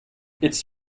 its